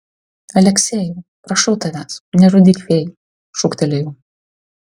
aleksejau prašau tavęs nežudyk fėjų šūktelėjau